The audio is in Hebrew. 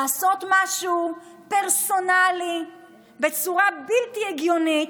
לעשות משהו פרסונלי בצורה בלתי הגיונית?